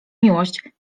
miłość